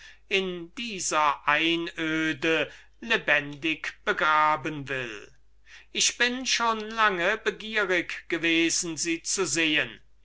in dieser einöde lebendig begraben will ich bin schon lange begierig gewesen sie zu sehen